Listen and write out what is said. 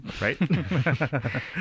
Right